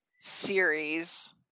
series